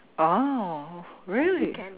oh really